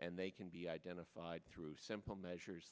and they can be identified through simple measures